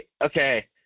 Okay